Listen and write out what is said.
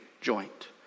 joint